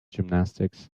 gymnastics